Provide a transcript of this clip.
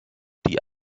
die